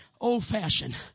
old-fashioned